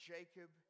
Jacob